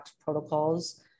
protocols